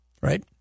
right